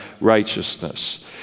righteousness